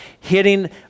Hitting